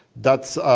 that's.